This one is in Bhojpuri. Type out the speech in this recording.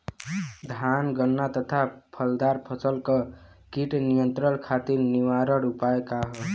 धान गन्ना तथा फलदार फसल पर कीट नियंत्रण खातीर निवारण उपाय का ह?